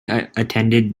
attended